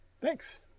Thanks